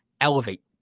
elevate